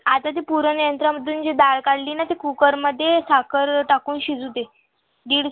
आता जी पुरणयंत्रामधून जी डाळ काढली ना ती कुकरमध्ये साखर टाकून शिजू दे दीड